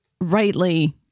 rightly